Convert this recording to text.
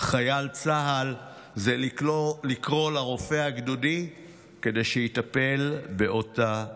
חייל צה"ל זה לקרוא לרופא הגדודי כדי שיטפל באותה ילדה.